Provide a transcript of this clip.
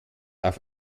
auf